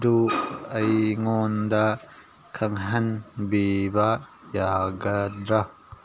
ꯑꯗꯨ ꯑꯩꯉꯣꯟꯗ ꯈꯪꯍꯟꯕꯤꯕ ꯌꯥꯒꯗ꯭ꯔꯥ